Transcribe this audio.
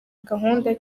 gahunda